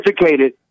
educated